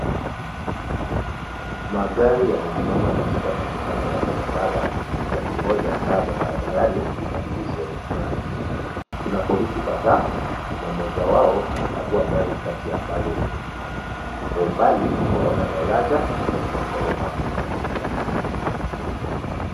Magari yamesimama katika makutano ya barabara, yakingoja taa za barabarani zibadilishe rangi. Kuna polisi kadhaa na mmoja wao anakagua gari kati ya ambazo zimesimama. Kwa umbali twaona daraja na maghorofa makubwa.